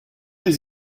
les